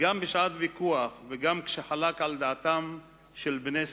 גם בשעת ויכוח וגם כשחלק על דעתם של בני שיחו.